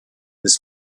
this